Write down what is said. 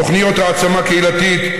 תוכניות העצמה קהילתית,